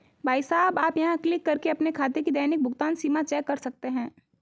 भाई साहब आप यहाँ क्लिक करके अपने खाते की दैनिक भुगतान सीमा चेक कर सकते हैं